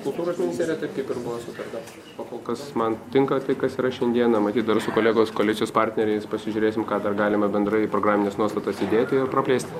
kultūros ministerija taip kaip ir buvo sutarta pa kolkas man tinka tai kas yra šiandieną matyt dar su kolegos koalicijos partneriais pasižiūrėsim ką dar galime bendrai į programines nuostatas įdėti ir praplėst